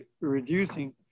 reducing